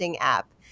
app